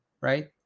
right